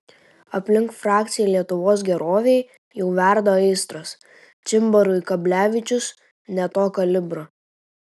aplink frakciją lietuvos gerovei jau verda aistros čimbarui kamblevičius ne to kalibro